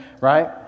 right